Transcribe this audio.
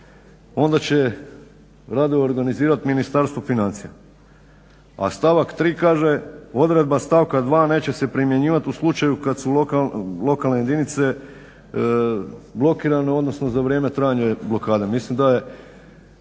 onda će radove organizirati Ministarstvo financija", a stavak 3.kaže "odredba stavka 2.neće se primjenjivati u slučaju kada su lokalne jedinice blokirane odnosno za vrijeme trajanja blokade". Mislim da je